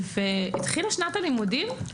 התחילה שנת הלימודים.